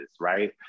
right